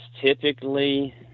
typically